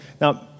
Now